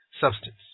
substance